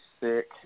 sick